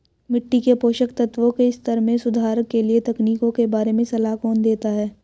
मिट्टी के पोषक तत्वों के स्तर में सुधार के लिए तकनीकों के बारे में सलाह कौन देता है?